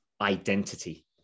identity